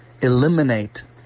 eliminate